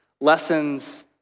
lessons